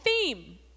theme